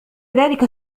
ذلك